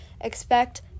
expect